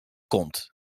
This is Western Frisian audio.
komt